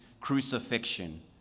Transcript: crucifixion